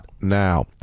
now